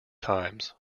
times